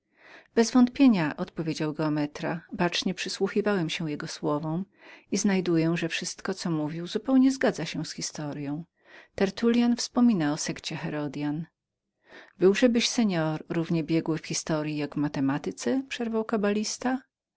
bezwątpienia odpowiedział geometra bacznie przysłuchiwałem się jego słowom i znajduję że wszystko co mówił zupełnie zgadza się z historyą tertulian wspomina o sekcie herodystów miałżebyś pan być równie biegłym w historyi jak w matematyce przerwał kabalista